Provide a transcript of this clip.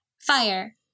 fire